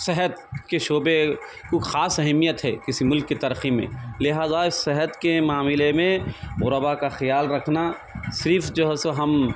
صحت کے شعبے کو خاص اہمیت ہے کسی ملک کے ترقی میں لہٰذا اس صحت کے معاملہ میں غربا کا خیال رکھنا صرف جو ہے سو ہم